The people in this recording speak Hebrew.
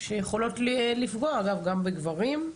שיכולות לפגוע, אגב גם בגברים.